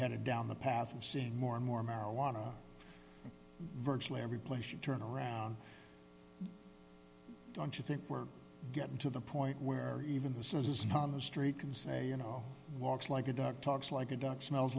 headed down the path of seeing more and more marijuana virtually every place you turn around don't you think we're getting to the point where even the citizens on the street can say you know walks like a duck talks like a duck smells